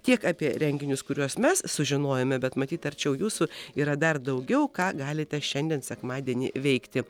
tiek apie renginius kuriuos mes sužinojome bet matyt arčiau jūsų yra dar daugiau ką galite šiandien sekmadienį veikti